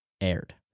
aired